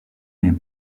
n’est